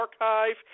archive